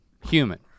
human